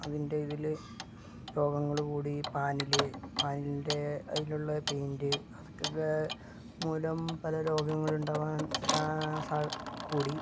അതിൻ്റെ ഇതില് രോഗങ്ങള് കൂടി പാനില് പാനിൻ്റെ അതിലുള്ള പെയിൻറ് അതൊക്കെ മൂലം പല രോഗങ്ങള് ഉണ്ടാകാൻ സാ സാ കൂടി